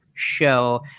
show